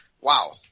Wow